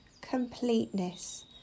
completeness